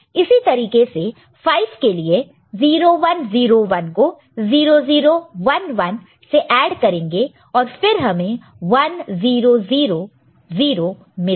इसी तरीके से 5 के लिए 0101 को 0011 से ऐड करेंगे और फिर हमें 1000 मिलेगा